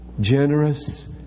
generous